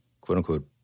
quote-unquote